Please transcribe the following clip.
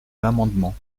l’amendement